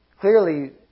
clearly